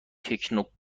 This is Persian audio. تکنوکرات